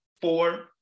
four